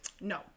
No